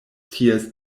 ties